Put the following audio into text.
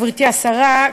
גברתי השרה,